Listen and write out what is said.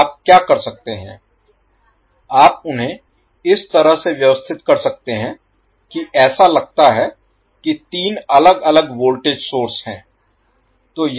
तो आप क्या कर सकते हैं आप उन्हें इस तरह से व्यवस्थित कर सकते हैं कि ऐसा लगता है कि तीन अलग अलग वोल्टेज सोर्स हैं